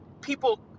People